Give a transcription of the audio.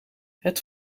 het